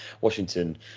Washington